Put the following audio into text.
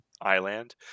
Island